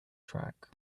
track